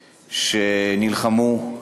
שנלחמו.